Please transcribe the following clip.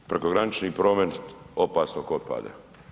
Prekogranični promet opasnog otpada.